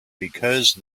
because